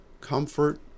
comfort